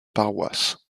paroisses